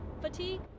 fatigue